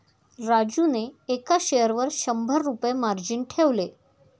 राजूने एका शेअरवर शंभर रुपये मार्जिन ठेवले